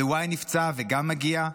ו-y נפצע וגם מגיע,